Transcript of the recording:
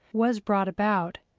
was brought about,